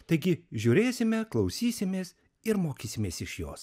taigi žiūrėsime klausysimės ir mokysimės iš jos